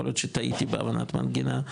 יכול להיות שטעיתי בהבנת המנגינה,